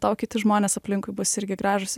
tau kiti žmonės aplinkui bus irgi gražūs